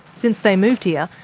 since they moved here,